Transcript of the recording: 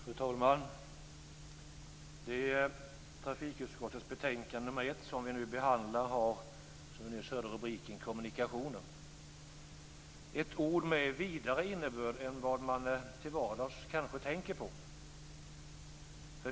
Fru talman! Det trafikutskottets betänkande som vi nu behandlar, betänkande nr 1, har rubriken Kommunikationer. Det är ett ord med vidare innebörd än vad man till vardags kanske tänker på.